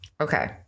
Okay